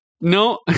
No